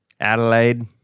Adelaide